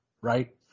Right